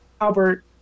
Albert